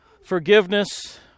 Forgiveness